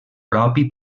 propi